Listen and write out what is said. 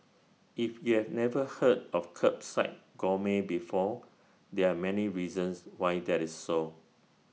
if you've never heard of Kerbside gourmet before there are many reasons why that is so